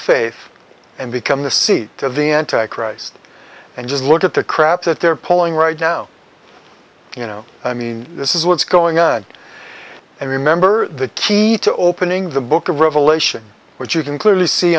faith and become the seat of the anti christ and just look at the crap that they're pulling right now you know i mean this is what's going on and remember the key to opening the book of revelation which you can clearly see